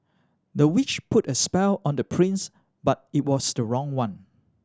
the witch put a spell on the prince but it was the wrong one